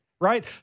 Right